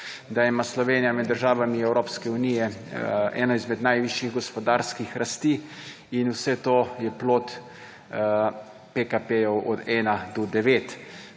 da ima Slovenija med državami Evropske unije eno izmed najvišjih gospodarskih rasti. In vse to je plod PKP od 1 do 9.